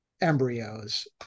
embryos